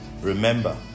Remember